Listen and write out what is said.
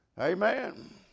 amen